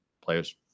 players